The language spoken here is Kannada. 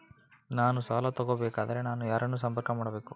ನಾನು ಸಾಲ ತಗೋಬೇಕಾದರೆ ನಾನು ಯಾರನ್ನು ಸಂಪರ್ಕ ಮಾಡಬೇಕು?